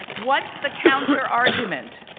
what's the counterargument?